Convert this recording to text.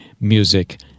Music